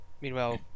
meanwhile